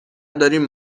داریم